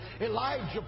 Elijah